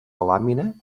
làmina